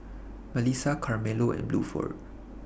Malissa Carmelo and Bluford